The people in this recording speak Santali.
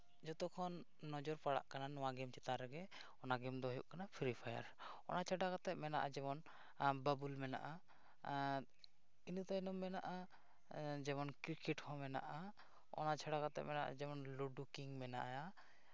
ᱡᱚᱛᱚ ᱠᱷᱚᱱ ᱱᱚᱡᱚᱨ ᱯᱟᱲᱟᱜ ᱠᱟᱱᱟ ᱱᱚᱣᱟ ᱜᱮᱢ ᱪᱮᱛᱟᱱ ᱨᱮᱜᱮ ᱚᱱᱟ ᱜᱮᱢ ᱫᱚ ᱦᱩᱭᱩᱜ ᱠᱟᱱᱟ ᱯᱷᱤᱨᱤ ᱯᱷᱟᱭᱟᱨ ᱚᱱᱟ ᱪᱷᱟᱰᱟ ᱠᱟᱛᱮ ᱢᱮᱱᱟᱜᱼᱟ ᱡᱮᱢᱚᱱ ᱵᱟᱹᱵᱤᱞ ᱢᱮᱱᱟᱜᱼᱟ ᱚᱱᱟᱹ ᱛᱟᱭᱱᱚᱢ ᱢᱮᱱᱟᱜᱼᱟ ᱡᱮᱢᱚᱱ ᱠᱨᱤᱠᱮᱴ ᱦᱚᱸ ᱢᱮᱱᱟᱜᱼᱟ ᱚᱱᱟ ᱪᱷᱟᱰᱟ ᱠᱟᱛᱮ ᱢᱮᱱᱟᱜᱼᱟ ᱡᱮᱢᱚᱱ ᱞᱩᱰᱩ ᱠᱤᱝ ᱢᱮᱱᱟᱭᱟ